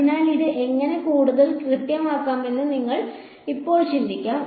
അതിനാൽ ഇത് എങ്ങനെ കൂടുതൽ കൃത്യമാക്കാമെന്ന് നിങ്ങൾക്ക് ഇപ്പോൾ ചിന്തിക്കാം